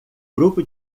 grupo